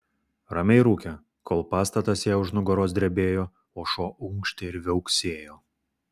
ramiai rūkė kol pastatas jai už nugaros drebėjo o šuo unkštė ir viauksėjo